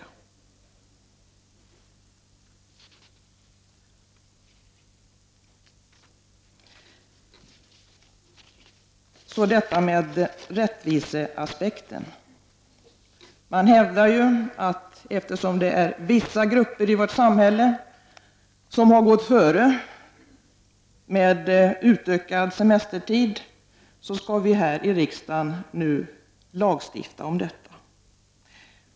Så till detta med rättviseaspekten. Man hävdar att eftersom vissa grupper i samhället har gått före med kravet på ökad semestertid skall vi här i riksdagen nu lagstifta om detta.